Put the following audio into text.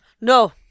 No